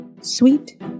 Sweet